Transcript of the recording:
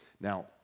Now